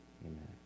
Amen